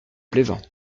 plaisant